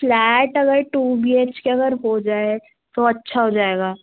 flat अगर two B H K अगर हो जाए तो अच्छा हो जाएगा